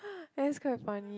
then it's quite funny